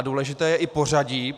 Důležité je i pořadí.